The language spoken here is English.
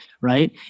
right